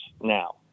now